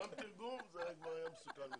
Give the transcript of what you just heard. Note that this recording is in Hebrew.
גם תרגום, זה יהיה מסוכן מדי.